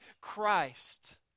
Christ